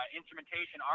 instrumentation